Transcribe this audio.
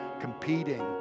competing